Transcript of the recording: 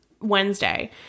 Wednesday